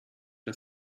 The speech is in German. der